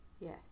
Yes